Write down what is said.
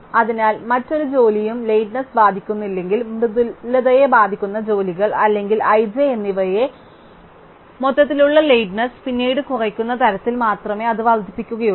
അതിനാൽ മറ്റേതൊരു ജോലിയും ലേറ്റ്നെസ് ബാധിക്കുന്നത് മൃദുലതയെ ബാധിക്കുന്ന ജോലികൾ അല്ലെങ്കിൽ i j എന്നിവയെ മൊത്തത്തിലുള്ള ലേറ്റ്നെസ് പിന്നീട് കുറയ്ക്കുന്ന തരത്തിൽ മാത്രമേ അത് വർദ്ധിപ്പിക്കുകയുള്ളൂ